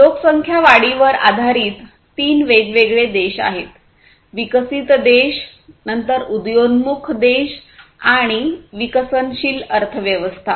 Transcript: लोकसंख्या वाढी वर आधारित तीन वेगवेगळे देश आहेतविकसित देश नंतर उद्योन्मुख देश आणि विकसनशील अर्थव्यवस्था